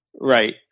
right